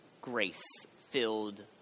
grace-filled